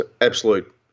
absolute